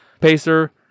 Pacer